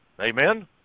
Amen